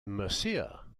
murcia